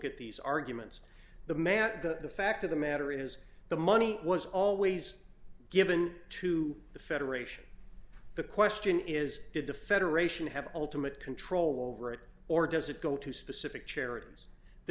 at these arguments the man the fact of the matter is the money was always given to the federation the question is did the federation have ultimate control over it or does it go to specific charities the